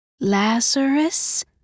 Lazarus